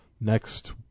next